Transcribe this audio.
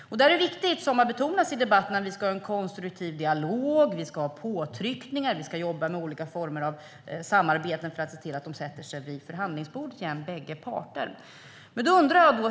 Som det har betonats i debatten är det viktigt att vi ska ha en konstruktiv dialog, att vi ska ha påtryckningar och att vi ska jobba med olika former av samarbeten för att se till att båda parter sätter sig vid förhandlingsbordet igen.